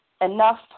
enough